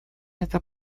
эта